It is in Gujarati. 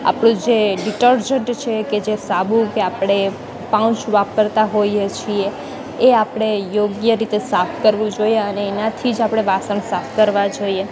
આપણું જે ડિટર્જન્ટ છે કે જે સાબુ કે આપણે પાઉચ વાપરતા હોઈએ છીએ એ આપણે યોગ્ય રીતે સાફ કરવું જોઈએ અને એનાથી જ આપણે વાસણ સાફ કરવા જોઈએ